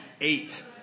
eight